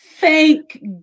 Thank